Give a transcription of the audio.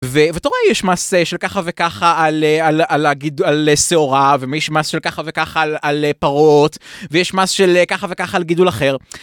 ואתה רואה יש מס של ככה וככה על שעורה ויש מס של ככה וככה על פרות ויש מס של ככה וככה על גידול אחר.